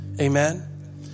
Amen